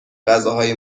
غذاهای